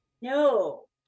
No